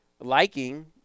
liking